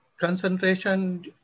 concentration